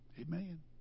Amen